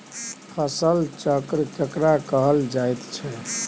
फसल चक्र केकरा कहल जायत छै?